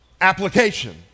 application